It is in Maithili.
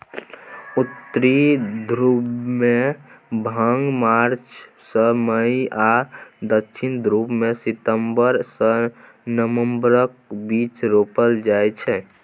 उत्तरी ध्रुबमे भांग मार्च सँ मई आ दक्षिणी ध्रुबमे सितंबर सँ नबंबरक बीच रोपल जाइ छै